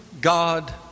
God